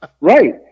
Right